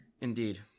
Indeed